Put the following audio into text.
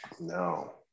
no